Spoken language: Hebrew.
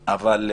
לכן,